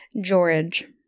George